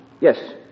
Yes